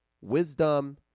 wisdom